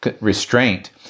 restraint